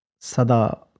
Sada